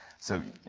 so